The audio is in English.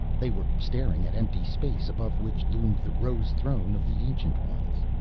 they were staring at empty space, above which loomed the rose throne of the ancient ones.